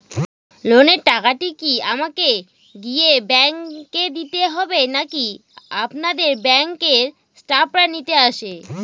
লোনের টাকাটি কি আমাকে গিয়ে ব্যাংক এ দিতে হবে নাকি আপনাদের ব্যাংক এর স্টাফরা নিতে আসে?